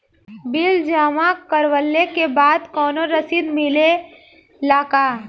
Bill जमा करवले के बाद कौनो रसिद मिले ला का?